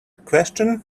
question